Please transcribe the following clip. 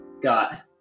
got